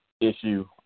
issue